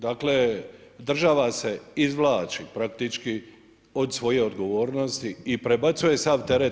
Dakle, država se izvlači praktički od svoje odgovornosti i prebacuje sav teret.